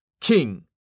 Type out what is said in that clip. king